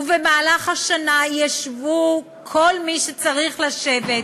ובמהלך השנה ישבו כל מי שצריכים לשבת,